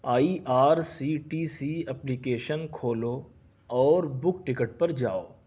آئی R C T C application کھولو اور book ticket پر جاؤ